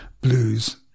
blues